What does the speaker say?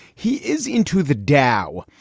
he is into the dow.